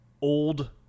old